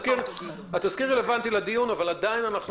התזכיר רלוונטי לדיון אבל עדיין אנחנו